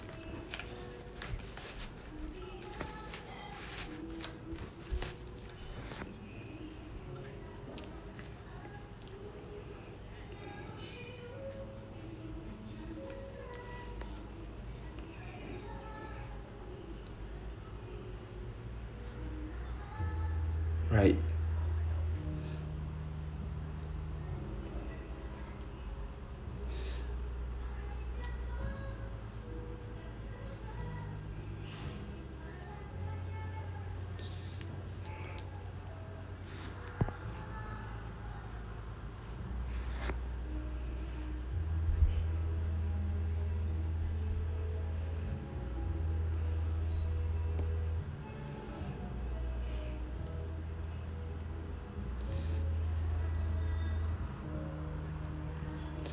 right